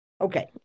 Okay